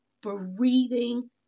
breathing